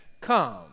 come